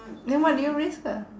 then what do you risk ah